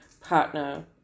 partner